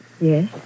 Yes